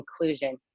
inclusion